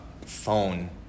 phone